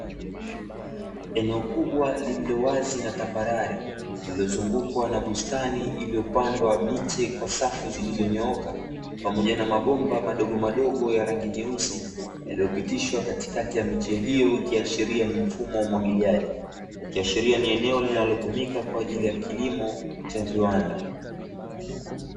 Eneo kubwa lililo wazi na tambarare, lililozungukwa na bustani iliyopandwa miche kwa safu ziliyonyooka, pamoja na mabomba madogomadogo ya rangi nyeusi, yaliyopitishwa katikati ya miche hiyo, ikiashiria ni mfumo wa umwagiliaji. Ikiashiria ni eneo linalotumika kwa ajili ya kilimo cha viwanda.